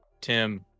tim